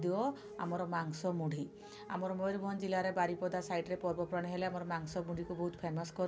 ଆମର ମାଂସ ମୁଢ଼ି ଆମର ମୟୁରଭଞ୍ଜ ଜିଲ୍ଲାରେ ବାରିପଦା ସାଇଡ଼୍ରେ ପର୍ବପର୍ବାଣୀ ହେଲେ ଆମର ମାଂସ ମୁଢ଼ିକୁ ବହୁତ ଫେମସ୍ କରନ୍ତି